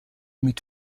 mit